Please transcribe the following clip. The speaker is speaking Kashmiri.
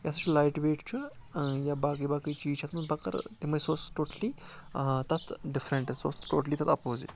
یا سُہ چھُ لایِٹ وَیٹ چھُ یا باقٕے باقٕے چیٖز چھِ اَتھ منٛز وغٲر تِمَے سُہ اوس ٹوٹٕلِی تَتھ ڈِفرَنٛٹ سُہ اوس ٹوٹٕلِی تَتھ اَپوزِٹ